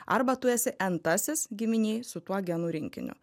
arba tu esi entasis giminėj su tuo genų rinkiniu